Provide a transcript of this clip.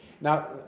Now